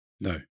No